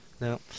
No